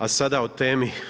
A sada o temi.